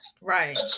Right